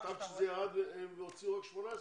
הוא כתב שהם הוציאו רק 18 מיליון.